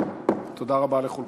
תודה רבה לכולכם.